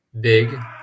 Big